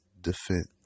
defense